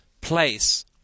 place